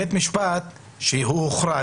בית משפט שהוחרג,